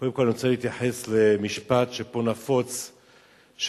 קודם כול אני רוצה להתייחס למשפט שנפוץ פה,